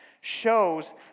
shows